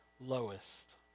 lowest